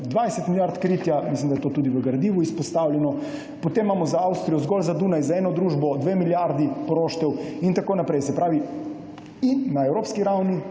20 milijard kritja. Mislim, da je to tudi v gradivu izpostavljeno. Potem imamo za Avstrijo zgolj za Dunaj za eno družbo dve milijardi poroštev in tako najprej. Na evropski ravni